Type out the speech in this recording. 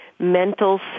Mental